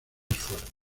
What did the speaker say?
esfuerzos